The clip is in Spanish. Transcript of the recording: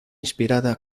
inspirada